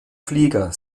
flieger